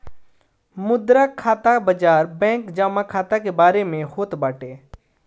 मुद्रा खाता बाजार बैंक जमा खाता के बारे में होत बाटे